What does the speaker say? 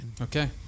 Okay